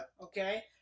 okay